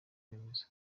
remezo